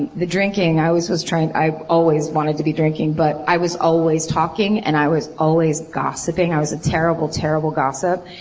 the drinking, i was was trying to. i always wanted to be drinking. but i was always talking and i was always gossiping and i was a terrible, terrible gossip.